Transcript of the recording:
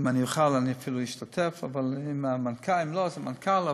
אם אני אוכל, אני אפילו אשתתף, ואם לא אז המנכ"ל.